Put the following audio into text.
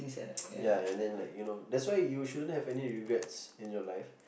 and then like that you know that's why you shouldn't have regrets in your life